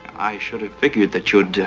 i should have figured that you'd.